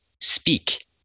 Speak